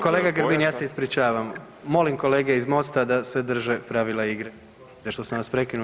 Kolega Grbin ja se ispričavam, molim kolege iz Mosta da se drže pravila igre, za što sam vas prekinuo.